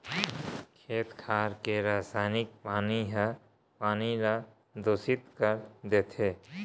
खेत खार के रसइनिक पानी ह पानी ल परदूसित कर देथे